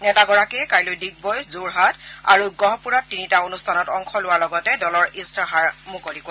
নেতাগৰাকীয়ে কাইলৈ ডিগবৈ যোৰহাট আৰু গহপুৰত তিনিটা অনুষ্ঠানত অংশ লোৱাৰ লগতে দলৰ ইস্তাহাৰ মুকলি কৰিব